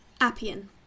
Appian